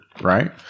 right